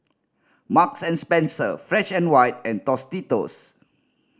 Marks and Spencer Fresh and White and Tostitos